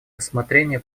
рассмотрение